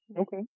Okay